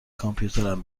کامپیوترم